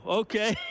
okay